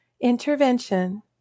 Intervention